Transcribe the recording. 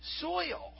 soil